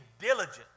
diligent